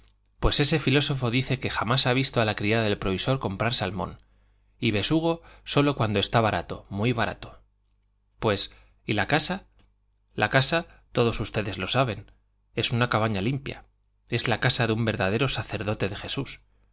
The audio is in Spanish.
pues ese filósofo dice que jamás ha visto a la criada del provisor comprar salmón y besugo sólo cuando está barato muy barato pues y la casa la casa todos ustedes lo saben es una cabaña limpia es la casa de un verdadero sacerdote de jesús